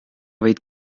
võid